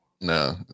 No